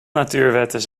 natuurwetten